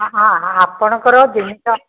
ହଁ ହଁ ଆପଣଙ୍କର ଜିନିଷ